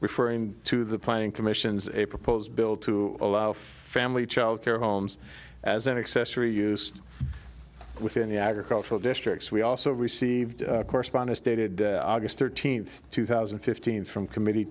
referring to the planning commission's a proposed bill to family child care homes as an accessory use within the agricultural districts we also received correspondence dated august thirteenth two thousand and fifteen from committee